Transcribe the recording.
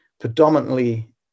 predominantly